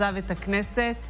הכנסת,